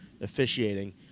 officiating